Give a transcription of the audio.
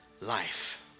life